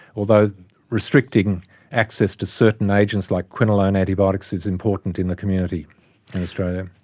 although restricting access to certain agents like quinolone antibiotics is important in the community, in australia.